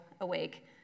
awake